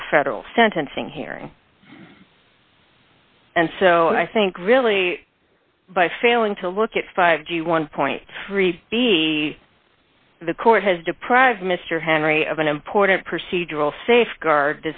the federal sentencing hearing and so i think really by failing to look at five g one point three b the court has deprived mr henry of an important procedural safeguard